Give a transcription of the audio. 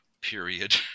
period